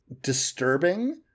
disturbing